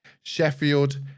Sheffield